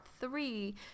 three